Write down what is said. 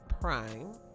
Prime